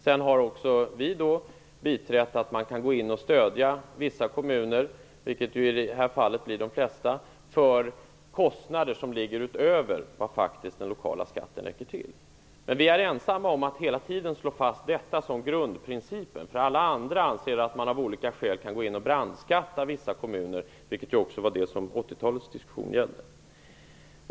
Vi har också biträtt att man kan gå in och stödja vissa kommuner, i det här fallet de flesta, för kostnader utöver vad den lokala skatten faktiskt räcker till. Vi är dock ensamma om att hela tiden slå fast detta som en grundprincip. Alla andra anser ju att man av olika skäl kan gå in och brandskatta vissa kommuner, vilket också 80-talets diskussion gällde.